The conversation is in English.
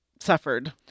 suffered